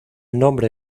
nombre